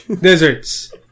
Deserts